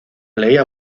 leía